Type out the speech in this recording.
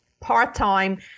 part-time